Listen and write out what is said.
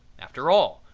after all,